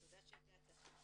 תודה שהגעת.